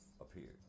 appeared